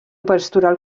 pastoral